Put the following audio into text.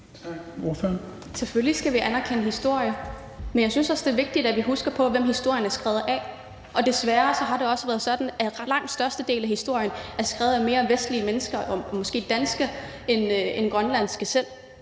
Selvfølgelig skal vi anerkende historien, men jeg synes også, det er vigtigt, at vi husker på, hvem historien er skrevet af. Desværre har det også været sådan, at langt størstedelen af historien er skrevet af vestlige og måske danske mennesker